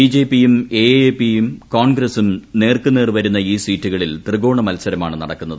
BJP യും എഎപിയും കോൺഗ്രസും നേർക്കുനേർ വരുന്ന ഈ സീറ്റുകളിൽ ത്രികോണമത്സരമാണ് നടക്കുന്നത്